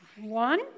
One